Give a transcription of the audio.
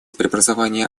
преобразования